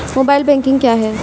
Mobile banking क्या है?